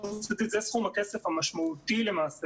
זה סכום הכסף המשמעותי למעשה,